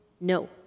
No